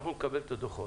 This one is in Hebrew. אנחנו נקבל את הדוחות,